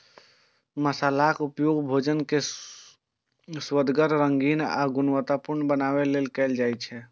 मसालाक उपयोग भोजन कें सुअदगर, रंगीन आ गुणवतत्तापूर्ण बनबै लेल कैल जाइ छै